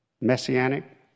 Messianic